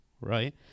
right